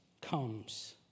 comes